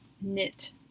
knit